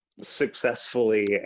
successfully